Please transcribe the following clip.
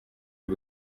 ibi